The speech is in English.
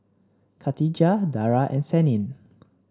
Katijah Dara and Senin